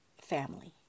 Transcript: family